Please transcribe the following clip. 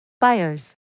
Buyers